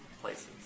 places